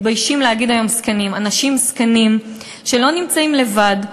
מתביישים להגיד היום "זקנים" אנשים זקנים שלא נמצאים לבד,